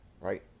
right